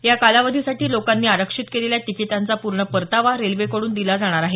या कालावधीसाठी लोकांनी आरक्षित केलेल्या तिकिटांचा पूर्ण परतावा रेल्वेकडून दिला जाणार आहे